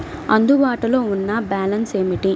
అందుబాటులో ఉన్న బ్యాలన్స్ ఏమిటీ?